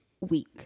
week